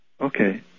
Okay